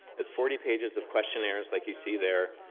it's forty pages of questionnaires, like you see there,